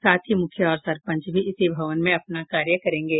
साथ ही मुखिया और सरपंच भी इसी भवन में अपना कार्य करेंगे